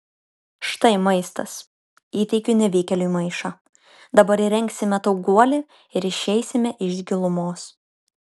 štai maistas įteikiu nevykėliui maišą dabar įrengsime tau guolį ir išeisime iš gilumos